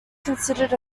considered